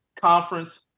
conference